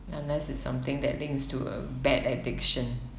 unless it's something that links to a bad addiction